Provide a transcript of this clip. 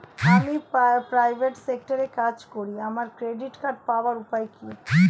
আমি প্রাইভেট সেক্টরে কাজ করি আমার ক্রেডিট কার্ড পাওয়ার উপায় কি?